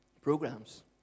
Programs